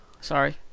sorry